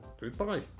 goodbye